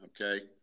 okay